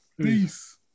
Peace